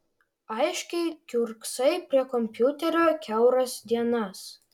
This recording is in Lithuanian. aiškiai kiurksai prie kompiuterio kiauras dienas